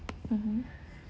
mmhmm